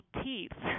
teeth